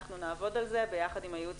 אנחנו נעבוד על זה ביחד עם הייעוץ